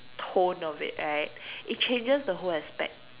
tone of it right it changes the whole aspect